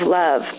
love